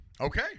Okay